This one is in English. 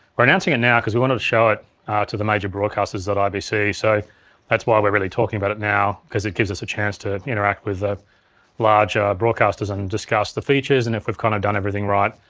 we're announcing it now cause we wanted to show it to the major broadcasters at ibc so that's why we're really talking about it now, because gives us a chance to interact with ah larger broadcasters and discuss the features and if we've kind of done everything right.